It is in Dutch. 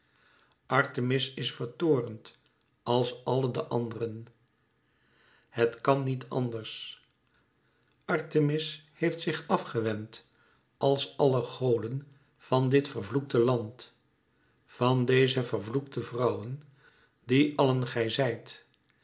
artemis is vertoornd als alle de anderen het kàn niet anders artemis heeft zich àf gewend als alle goden van dit vervloekte land van deze vervloekte vrouwen die allen gij zijt